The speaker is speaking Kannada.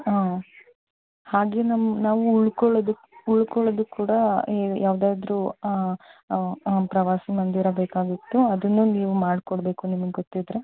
ಹಾಂ ಹಾಗೆ ನಮ್ಮ ನಾವು ಉಳ್ಕೊಳ್ಳೋದಿಕ್ಕೆ ಉಳ್ಕೊಳ್ಳೋದಿಕ್ ಕೂಡ ಯಾವುದಾದ್ರೂ ಪ್ರವಾಸಿ ಮಂದಿರ ಬೇಕಾಗಿತ್ತು ಅದನ್ನ ನೀವು ಮಾಡಿಕೊಡ್ಬೇಕು ನಿಮಗ್ ಗೊತ್ತಿದ್ದರೆ